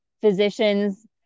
physicians